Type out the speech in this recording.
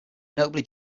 notably